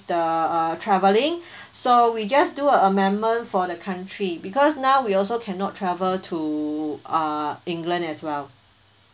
the uh travelling so we just do a amendment for the country because now we also cannot travel to uh england as well